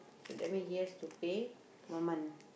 so that mean he has to pay one month